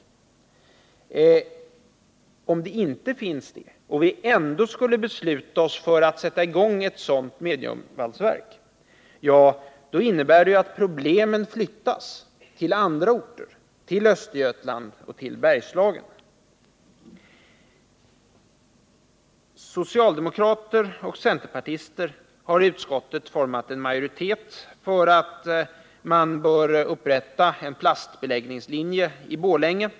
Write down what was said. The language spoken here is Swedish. Finns det inte något underlag och vi ändå skulle besluta oss för att sätta i gång verket, innebär det att problemen flyttas till andra orter — till Östergötland och till Bergslagen. Socialdemokrater och centerpartister har i utskottet format en majoritet för att man bör upprätta en plastbeläggningslinje i Borlänge.